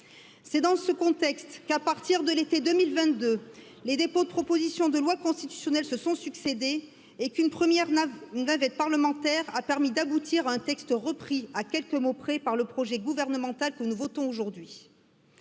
de loi constitutionnelle les dépôts de propositions de loi constitutionnelle se sont succédé et qu'une première navette parlementaire a permis d'aboutir à un texte repris à quelques mots près par le projet gouvernemental que nous votons à travers